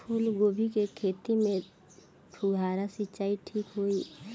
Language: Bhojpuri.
फूल गोभी के खेती में फुहारा सिंचाई ठीक होई?